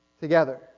together